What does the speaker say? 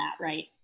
right